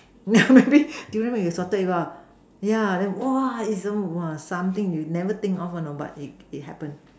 now maybe Durian mix with salted egg lah yeah then !wah! is !wah! some something you never think one you know but it it happen